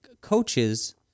coaches